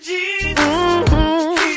Jesus